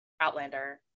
Outlander